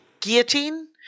Guillotine